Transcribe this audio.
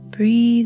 Breathe